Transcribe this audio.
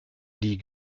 die